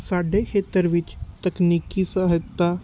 ਸਾਡੇ ਖੇਤਰ ਵਿੱਚ ਤਕਨੀਕੀ ਸਹਾਇਤਾ